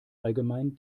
allgemein